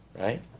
right